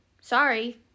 Sorry